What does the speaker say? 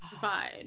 fine